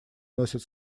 носят